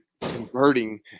converting